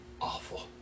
awful